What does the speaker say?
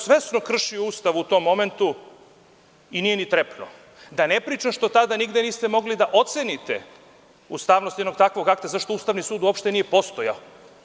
Svesno je kršio Ustav u tom momentu i nije ni trepnu, a da ne pričam što tada nigde niste mogli da ocenite ustavnost takvog akta zato što Ustavni sud nije postojao.